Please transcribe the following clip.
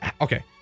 okay